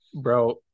bro